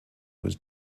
was